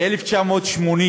מ-1980,